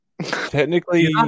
technically